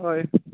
हय